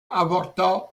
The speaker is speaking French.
avorta